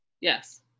Yes